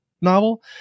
novel